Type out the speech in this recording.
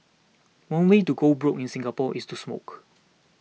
one way to go broke in Singapore is to smoke